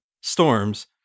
storms